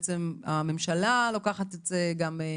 בעצם הממשלה גם לוקחת את זה קדימה,